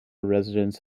residents